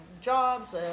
jobs